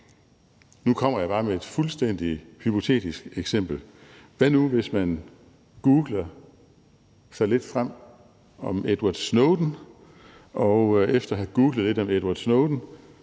Nu kommer jeg bare med et fuldstændig hypotetisk eksempel. Hvad nu, hvis man googler sig lidt frem om Edward Snowden og efter at have googlet lidt om Edward Snowden